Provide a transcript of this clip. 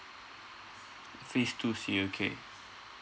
phase two C okay